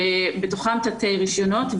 ובתוכם תתי-רישיונות,